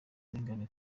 arengana